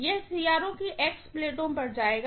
यह CRO की X प्लेटों पर जाएगा